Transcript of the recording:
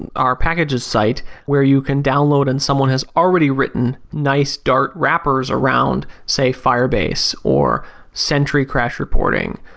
and our packages site where you can download and someone has already written nice dart wrappers around say firebase or century crash reporting.